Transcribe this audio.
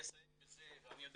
אסיים בזה, ואני יודע